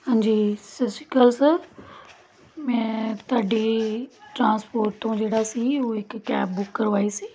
ਹਾਂਜੀ ਸਤਿ ਸ਼੍ਰੀ ਅਕਾਲ ਸਰ ਮੈਂ ਤੁਹਾਡੇ ਟਰਾਂਸਪੋਰਟ ਤੋਂ ਜਿਹੜਾ ਸੀ ਉਹ ਇੱਕ ਕੈਬ ਬੁੱਕ ਕਰਵਾਈ ਸੀ